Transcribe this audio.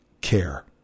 care